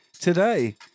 Today